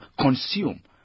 consume